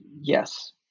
Yes